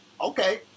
Okay